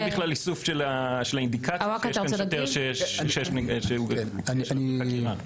אין בכלל איסוף של האינדיקציה של שוטר שיש עליו חקירה.